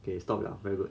okay stop liao very good